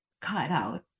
cutout